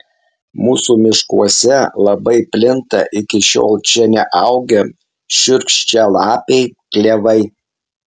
mūsų miškuose labai plinta iki šiol čia neaugę šiurkščialapiai klevai